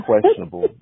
questionable